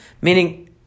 meaning